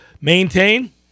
Maintain